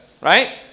Right